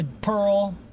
pearl